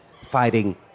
fighting